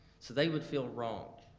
so they would feel wronged.